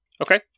Okay